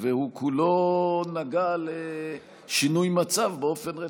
והוא כולו נגע לשינוי מצב באופן רטרואקטיבי.